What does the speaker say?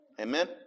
Amen